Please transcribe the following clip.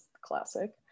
classic